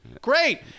Great